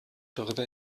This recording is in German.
darüber